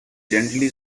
gently